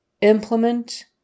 Implement